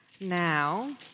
now